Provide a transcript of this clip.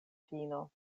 fino